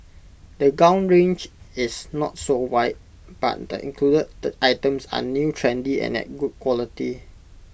the gown range is not so wide but the included items are new trendy and at good quality